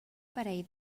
parell